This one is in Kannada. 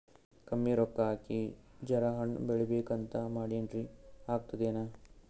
ಕಮ್ಮಿ ರೊಕ್ಕ ಹಾಕಿ ಜರಾ ಹಣ್ ಬೆಳಿಬೇಕಂತ ಮಾಡಿನ್ರಿ, ಆಗ್ತದೇನ?